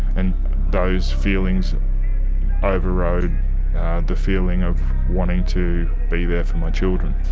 and those feelings overrode the feeling of wanting to be there for my children.